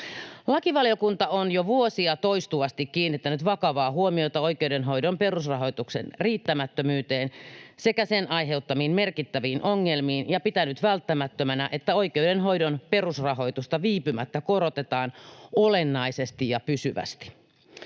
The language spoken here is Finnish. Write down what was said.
Lakivaliokunta on jo vuosia toistuvasti kiinnittänyt vakavaa huomiota oikeudenhoidon perusrahoituksen riittämättömyyteen sekä sen aiheuttamiin merkittäviin ongelmiin ja pitänyt välttämättömänä, että oikeudenhoidon perusrahoitusta viipymättä korotetaan olennaisesti ja pysyvästi.